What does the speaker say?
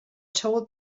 told